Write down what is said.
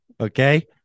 Okay